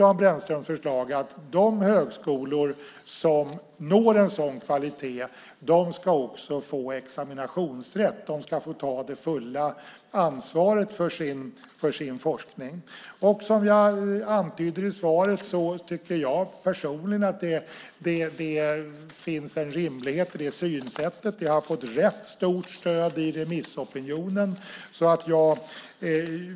Dan Brännströms förslag bygger på att de högskolor som når en sådan kvalitet också ska få examinationsrätt. De ska få ta det fulla ansvaret för sin forskning. Som jag antyder i svaret tycker jag personligen att det finns en rimlighet i det synsättet. Det har också fått rätt stort stöd i remissopinionen.